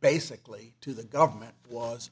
basically to the government was